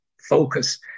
focus